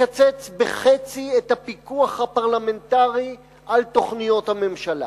לקצץ בחצי את הפיקוח הפרלמנטרי על תוכניות הממשלה.